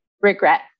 regret